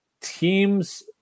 teams